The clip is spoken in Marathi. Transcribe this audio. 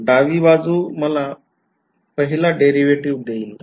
डावी बाजू मला पहिला डेरीवेटीव्ह देईल